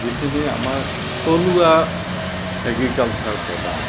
যিখিনি আমাৰ থলুৱা এগ্ৰিকালচাৰ প্ৰডাক্ট